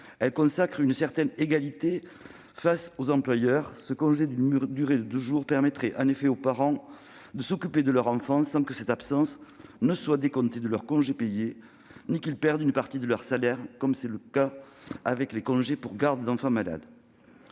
qui consacre une certaine égalité face aux employeurs. Ce congé d'une durée de deux jours permettrait aux parents de s'occuper de leur enfant sans que cette absence soit décomptée de leurs congés payés ni qu'ils perdent une partie de leur salaire, comme c'est le cas avec les congés pour garde d'enfant malade.